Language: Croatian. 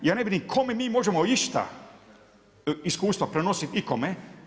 Ja ne vidim kome mi možemo išta iskustva prenositi ikome.